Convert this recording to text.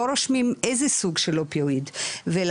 לא רושמים איזה סוג של אופיואיד ולכן,